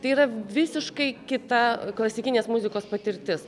tai yra visiškai kita klasikinės muzikos patirtis